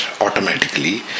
automatically